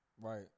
Right